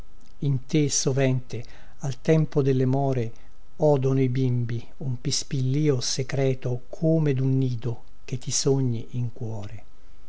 te sovente al tempo delle more odono i bimbi un pispillìo secreto come dun nido che ti sogni in cuore